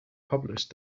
published